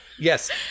Yes